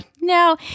no